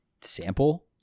Sample